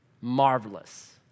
Marvelous